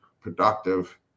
productive